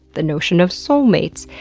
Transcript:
the notion of soulmates,